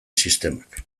sistemak